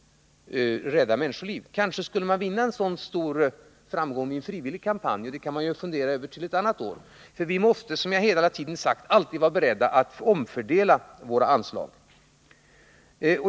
Man kanske skulle vinna stor framgång med en frivillig kampanj, och det kan man fundera över till ett annat år. Vi måste nämligen, som jag hela tiden har sagt, alltid vara beredda att omfördela våra anslag.